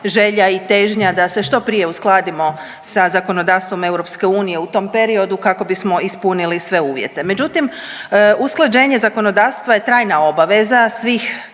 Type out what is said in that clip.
želja i težnja da se što prije uskladimo sa zakonodavstvom EU u tom periodu kako bismo ispunili sve uvjete. Međutim, usklađenje zakonodavstva je trajna obaveza svih